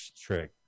trick